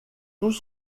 tous